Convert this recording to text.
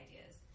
ideas